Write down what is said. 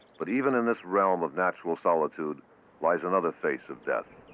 but even in this realm of natural solitude lies another face of death.